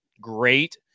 great